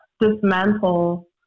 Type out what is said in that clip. dismantle